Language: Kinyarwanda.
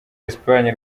espagne